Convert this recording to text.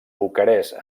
bucarest